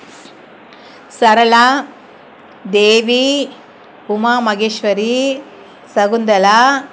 ஸ் சரளா தேவி உமா மகேஷ்வரி சகுந்தலா